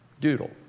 doodle